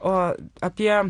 o apie